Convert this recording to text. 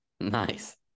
nice